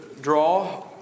draw